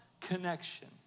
connection